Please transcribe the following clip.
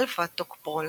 האלפא טוקופרול